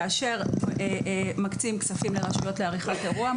כאשר מקצים כספים לרשויות לעריכת אירוע,